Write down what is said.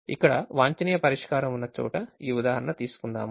ఇక్కడ వాంఛనీయ పరిష్కారం ఉన్న చోట ఈ ఉదాహరణ తీసుకుందాం